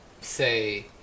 say